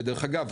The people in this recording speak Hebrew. ודרך אגב,